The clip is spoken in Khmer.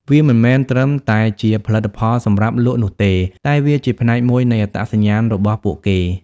វាមិនមែនត្រឹមតែជាផលិតផលសម្រាប់លក់នោះទេ តែវាជាផ្នែកមួយនៃអត្តសញ្ញាណរបស់ពួកគេ។